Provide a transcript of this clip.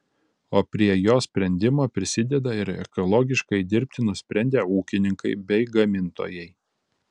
o prie jos sprendimo prisideda ir ekologiškai dirbti nusprendę ūkininkai bei gamintojai